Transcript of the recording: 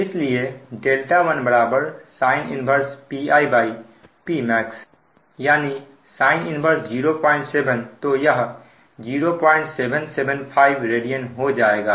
इसलिए δ1 sin 1PiPmax यानी sin 1 07 तो यह 0775 रेडियन हो जाएगा